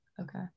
Okay